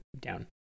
down